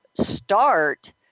start